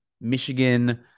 Michigan